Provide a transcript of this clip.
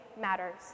matters